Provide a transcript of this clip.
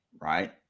right